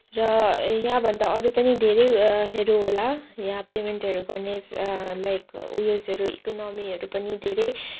र यहाँभन्दा अरू पनि धेरैहरू होला यहाँ पेमेन्टहरू गर्ने लाइक उयसहरू इकोनमीहरू पनि धेरै